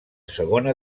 segona